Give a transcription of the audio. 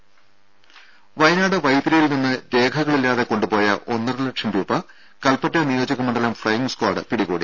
ദേദ വയനാട് വൈത്തിരിയിൽ നിന്ന് രേഖകളില്ലാതെ കൊണ്ടു പോയ ഒന്നര ലക്ഷം രൂപ കല്പറ്റ നിയോജക മണ്ഡലം ഫ്ളൈയിംഗ് സ്ക്വാഡ് പിടികൂടി